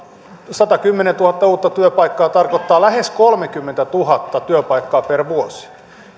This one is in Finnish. satakymmentätuhatta uutta työpaikkaa tarkoittaa lähes kolmeakymmentätuhatta työpaikkaa per vuosi